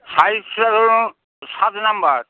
সাইজটা ধরুন সাত নাম্বার